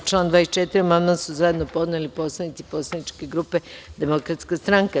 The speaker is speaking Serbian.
Na član 24. amandman su zajedno podneli poslanici Poslaničke grupe Demokratska stranka.